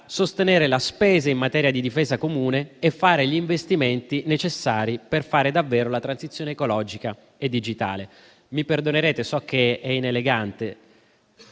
sostenere la spesa in materia di difesa comune e fare gli investimenti necessari per realizzare davvero la transizione ecologica e digitale. Mi perdonerete, so che è inelegante